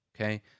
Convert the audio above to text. okay